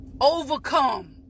overcome